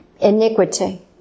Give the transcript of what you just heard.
Iniquity